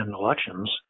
elections